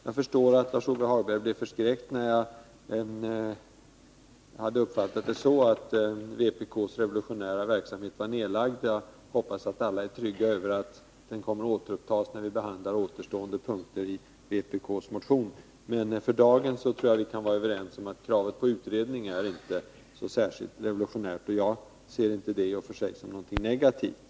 Jag förstår att Lars-Ove Hagberg blev förskräckt över att jag hade uppfattat det så, att vpk:s revolutionära verksamhet var nedlagd. Jag hoppas att alla är lugnade av att den kommer att återupptas när vi behandlar återstående punkter i vpk:s motion. För dagen tror jag dock att vi kan vara överens om att kravet på utredning inte är särskilt revolutionärt. Jag ser i och för sig inte det som något negativt.